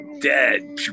Dead